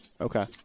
Okay